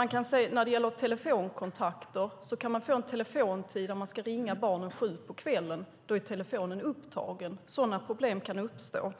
När det gäller telefonkontakter kan man få en telefontid för att ringa barnen klockan sju på kvällen, men då är telefonen upptagen. Sådana problem kan uppstå.